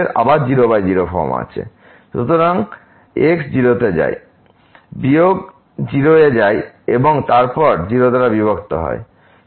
সুতরাং x 0 তে যায় বিয়োগ 0 এ যায় এবং তারপর 0 দ্বারা বিভক্ত হয়